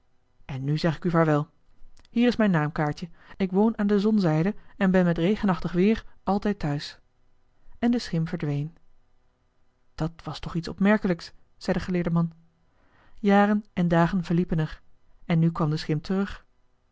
en nu zeg ik u vaarwel hier is mijn naamkaartje ik woon aan de zonzijde en ben met regenachtig weer altijd thuis en de schim verdween dat was toch iets opmerkelijks zei de geleerde man jaren en dagen verliepen er en nu kwam de schim terug